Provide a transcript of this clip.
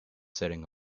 sitting